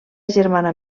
germana